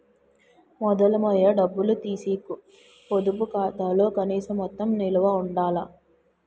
మొదలు మొయ్య డబ్బులు తీసీకు పొదుపు ఖాతాలో కనీస మొత్తం నిలవ ఉండాల